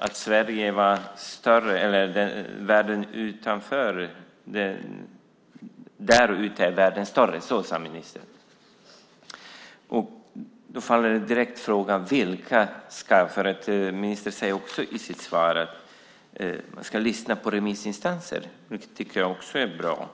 Ministern sade att världen är större där ute. Ministern sade också i sitt svar att man ska lyssna på remissinstanser. Det tycker jag också är bra.